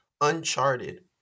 Uncharted